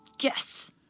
Yes